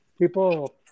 people